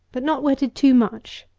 but not wetted too much.